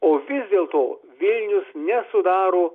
o vis dėlto vilnius nesudaro